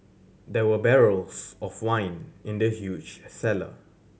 there were barrels of wine in the huge cellar